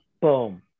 boom